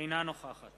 אינה נוכחת